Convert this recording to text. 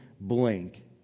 blink